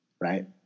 right